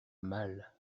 mal